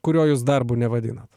kurio jūs darbu nevadinat